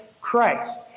Christ